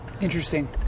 interesting